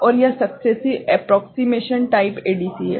और यह successive approximation type है